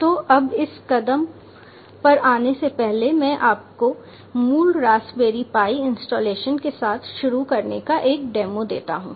तो अब इस कदम पर आने से पहले मैं आपको मूल रास्पबेरी पाई इंस्टॉलेशन के साथ शुरू करने का एक डेमो देता हूं